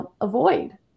avoid